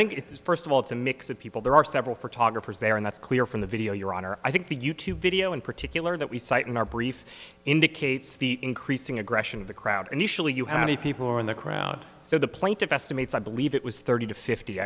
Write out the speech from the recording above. think it is first of all it's a mix of people there are several photographers there and that's clear from the video your honor i think the youtube video in particular that we cite in our brief indicates the increasing aggression of the crowd and usually you have many people in the crowd so the plaintiff estimates i believe it was thirty to fifty